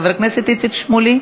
חבר הכנסת איציק שמולי,